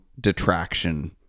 detraction